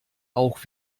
auch